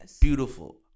beautiful